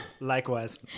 Likewise